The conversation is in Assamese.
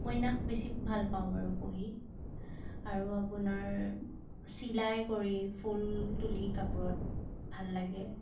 উপন্যাস বেছি ভাল পাওঁ বাৰু পঢ়ি আৰু আপোনাৰ চিলাই কৰি ফুল তুলি কাপোৰত ভাল লাগে